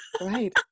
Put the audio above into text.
Right